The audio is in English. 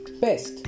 best